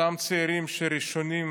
אותם צעירים הם ראשונים